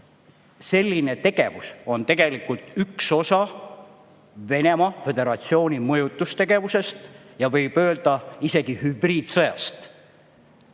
Selline tegevus on tegelikult üks osa Venemaa Föderatsiooni mõjutustegevusest ja võib isegi öelda, hübriidsõjast.